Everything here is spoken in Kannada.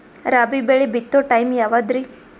ರಾಬಿ ಬೆಳಿ ಬಿತ್ತೋ ಟೈಮ್ ಯಾವದ್ರಿ?